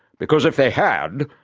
because if they had,